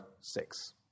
six